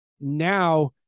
Now